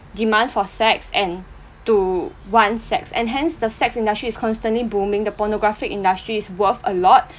demand for sex and to want sex and hence the sex industry is constantly booming the pornographic industry is worth a lot